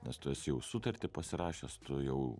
nes tu esi jau sutartį pasirašęs tu jau